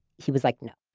he was like, no.